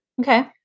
Okay